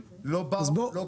והם עונים: אין, לא באו, לא ככה.